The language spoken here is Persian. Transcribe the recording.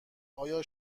آیا